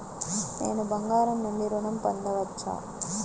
నేను బంగారం నుండి ఋణం పొందవచ్చా?